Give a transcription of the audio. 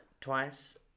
twice